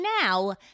now